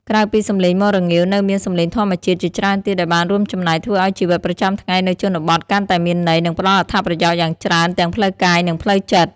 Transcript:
ក្រៅពីសំឡេងមាន់រងាវ នៅមាន សំឡេងធម្មជាតិ ជាច្រើនទៀតដែលបានរួមចំណែកធ្វើឱ្យជីវិតប្រចាំថ្ងៃនៅជនបទកាន់តែមានន័យ និងផ្តល់អត្ថប្រយោជន៍យ៉ាងច្រើនទាំងផ្លូវកាយ និងផ្លូវចិត្ត។